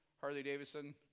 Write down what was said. Harley-Davidson